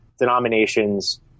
denominations